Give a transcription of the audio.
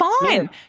fine